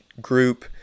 group